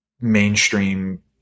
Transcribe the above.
mainstream